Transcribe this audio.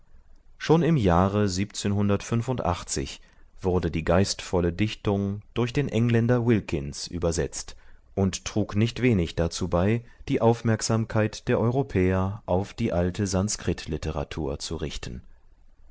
schon im jahre wurde die geistvolle dichtung durch den engländer wilkins übersetzt und trug nicht wenig dazu bei die aufmerksamkeit der europäer auf die alte sanskrit literatur zu richten